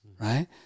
right